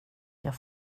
jag